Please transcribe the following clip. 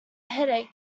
headache